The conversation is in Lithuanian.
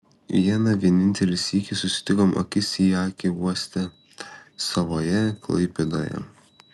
vieną vienintelį sykį susitikome akis į akį uoste savoje klaipėdoje